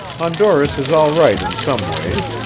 honduras is all right in some ways,